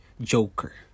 joker